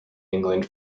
england